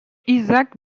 isaac